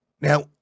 Now